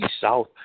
South